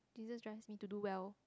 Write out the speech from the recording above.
you just drive need to do well